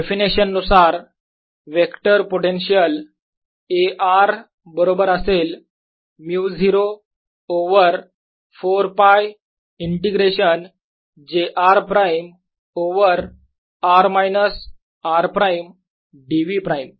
Rdθ definition नुसार vector potential A r बरोबर असेल μ0 over 4 π integration j r prime over r minus r prime dv prime